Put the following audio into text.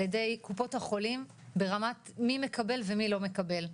ידי קופות החולים ברמת מי מקבל ומי לא מקבל.